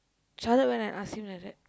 Sharath went and ask him like that